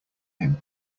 him